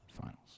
finals